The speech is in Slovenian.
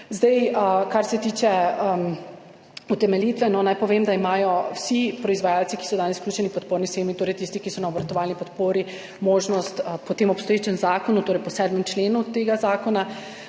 Kar se tiče utemeljitve, naj povem, da imajo vsi proizvajalci, ki so danes vključeni v podporni shemi, torej tisti, ki so na obratovalni podpori možnost, po tem obstoječem zakonu, torej po 7. členu tega zakona,